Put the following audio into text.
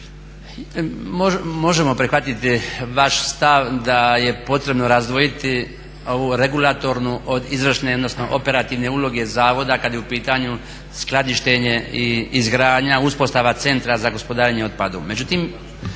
možemo prihvatiti vaš stav da je potrebno razdvojiti ovu regulatornu od izvršne, odnosno operativne uloge Zavoda kad je u pitanju skladištenje i izgradnja, uspostava Centra za gospodarenje otpadom.